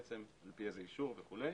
על פי איזה אישור וכולי,